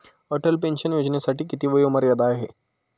Atal pension योजनेसाठी किती वयोमर्यादा आहे?